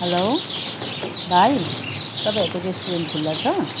hello भाइ तपाईँहरूको restaurant खुल्ला छ